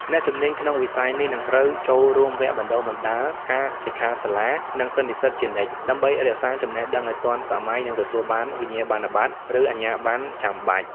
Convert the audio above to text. អ្នកជំនាញក្នុងវិស័យនេះនឹងត្រូវចូលរួមវគ្គបណ្តុះបណ្តាល ការសិក្ខាសាលា និងសន្និសីទជានិច្ច ដើម្បីរក្សាចំណេះដឹងឱ្យទាន់សម័យ និងទទួលបានវិញ្ញាបនបត្រ ឬអាជ្ញាប័ណ្ណចាំបាច់។